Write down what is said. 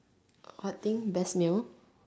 what thing best meal